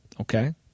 Okay